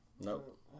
Nope